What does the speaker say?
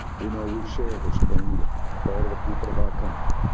we know we share this pain with all of the people of our country.